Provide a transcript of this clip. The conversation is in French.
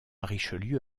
richelieu